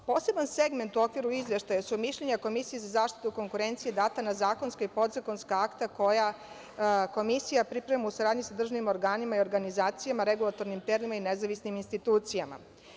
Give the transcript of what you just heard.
Poseban segment u okviru izveštaja su mišljenja Komisije za zaštitu konkurencije data na zakonske i podzakonska akta, koja Komisija priprema u saradnji sa državnim organima i organizacijama u regulatornim telima i nezavisnim institucijama.